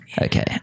okay